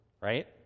right